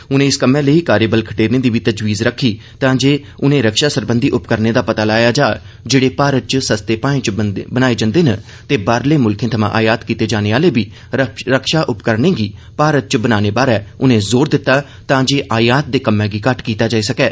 उनें इस कम्मै लेई कार्यबल खडेरने दी बी तजवीज रक्खी तांजे उनें रक्षा सरबंधी उपकरणें दा पता लाया जा जेड़े भारत च सस्ते भाए च बनाए जन्दे न ते बाहले मुल्खे थमां आयात कीते जाने आले बी रक्षा उपकरणें गी भारत च बनाने बारै उनें जोर दिता तां जे आयात दे कम्मै गी घट्ट कीता जाई सकै